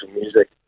Music